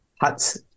Huts